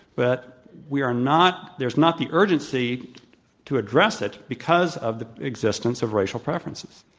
but we are not there's not the urg ency to address it because of the existence of racial preferences.